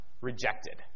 rejected